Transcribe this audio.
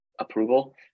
approval